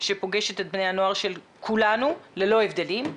שפוגשת את בני הנוער של כולנו ללא הבדלים,